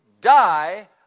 die